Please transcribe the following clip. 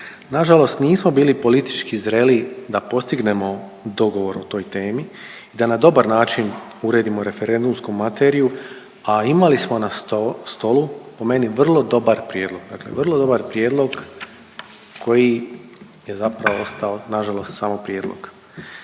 Nažalost, nismo bili politički zreli da postignemo dogovor o toj temi, da na dobar način uredimo referendumsku materiju, a imali smo na stolu po meni vrlo dobar prijedlog. Dakle, vrlo dobar prijedlog koji je zapravo ostao nažalost samo prijedlog.